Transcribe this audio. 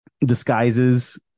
disguises